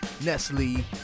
Nestle